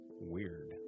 Weird